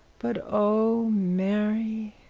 but, oh mary,